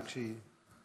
רק שהיא,